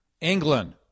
England